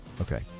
Okay